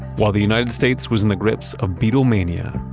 while the united states was in the grips of beatlemania,